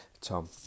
Tom